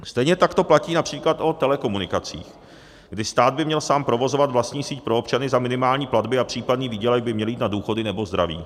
Stejně tak to platí například o telekomunikacích, kdy stát by měl sám provozovat vlastní síť pro občany za minimální platby a případný výdělek by měl jít na důchody nebo zdraví.